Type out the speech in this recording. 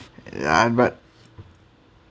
ya but